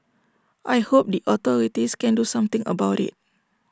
I hope the authorities can do something about IT